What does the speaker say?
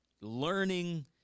learning